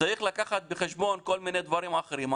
צריך להביא בחשבון כל מיני דברים אחרים.